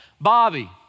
Bobby